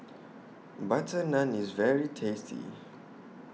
Butter Naan IS very tasty